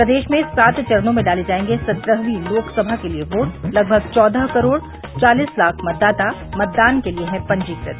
प्रदेश में सात चरणों में डाले जायेंगे सत्रहवीं लोकसभा के लिये वोट लगभग चौदह करोड़ चालीस लाख मतदाता मतदान के लिये हैं पंजीकृत